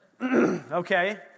Okay